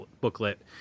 booklet